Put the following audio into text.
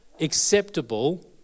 acceptable